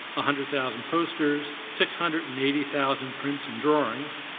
ah hundred thousand posters, six hundred and eighty thousand prints and drawings.